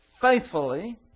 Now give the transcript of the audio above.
faithfully